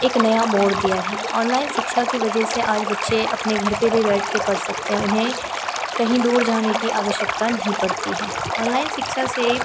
एक नया मोड़ दिया है ऑनलाइन शिक्षा की वजह से आज बच्चे अपने घर पर भी बैठकर पढ़ सकते हैं उन्हें कहीं दूर जाने की आवश्यकता नहीं पड़ती है ऑनलाइन सिक्छा शिक्षा से